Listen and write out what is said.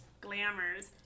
Glamours